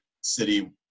City